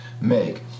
make